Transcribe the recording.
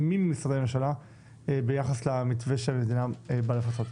מי ממשרדי הממשלה ביחס למתווה שהמדינה באה לפצות.